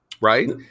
right